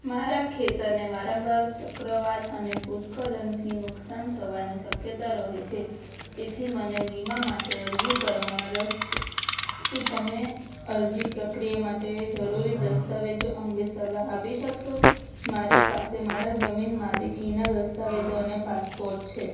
મારા ખેતરને વારંવાર ચક્રવાત અને ભૂસ્ખલનથી નુકસાન થવાની શક્યતા રહે છે તેથી મને વીમા માટે અરજી કરવામાં રસ છે શું તમે અરજી પ્રક્રિયા માટે જરૂરી દસ્તાવેજો અંગે સલાહ આપી શકશો મારી પાસે મારા જમીન માલિકીના દસ્તાવેજો અને પાસપોર્ટ છે